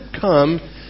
come